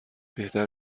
بهتر